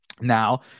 Now